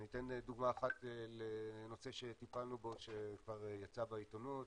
אני אתן דוגמה אחת לנושא שטיפלנו בו וכבר יצא בעתונות,